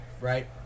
right